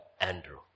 Andrew